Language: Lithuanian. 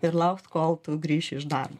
ir laukt kol tu grįši iš darbo